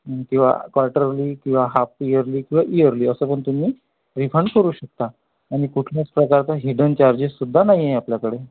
किंवा क्वार्टरली किंवा half yearly किंवा इयरली असं पण तुम्ही रिफंड करू शकता आणि कुठल्याच प्रकारचा हिडन चार्जेससुद्धा नाही आहे आपल्याकडं